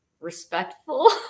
respectful